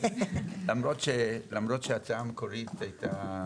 למרות שההצעה המקורית הייתה